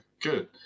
Good